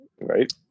right